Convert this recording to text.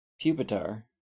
Pupitar